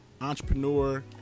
entrepreneur